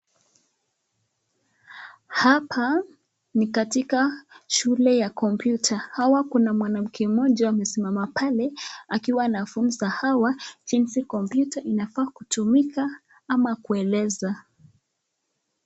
Hapa ni katika shule ya kompyuta; hawa kuna mwanamke mmoja amesimama hapa akiwa anafunza hawa jinsi kompyuta inafaa kutumika ama kueleza.